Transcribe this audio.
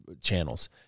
channels